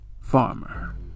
farmer